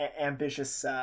ambitious